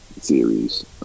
Series